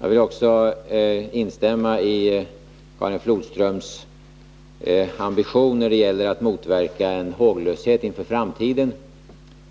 Jag delar Karin Flodströms ambition att motverka håglösheten inför framtiden.